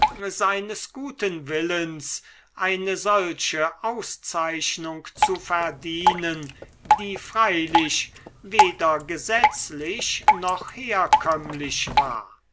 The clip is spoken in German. seines guten willens eine solche auszeichnung zu verdienen die freilich weder gesetzlich noch herkömmlich war